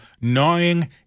gnawing